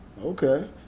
Okay